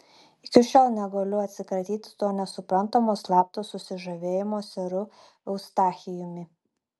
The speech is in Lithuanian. iki šiol negaliu atsikratyti to nesuprantamo slapto susižavėjimo seru eustachijumi